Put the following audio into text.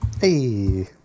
Hey